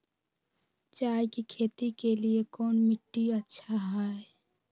चाय की खेती के लिए कौन मिट्टी अच्छा हाय?